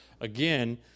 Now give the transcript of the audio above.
Again